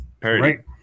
Parody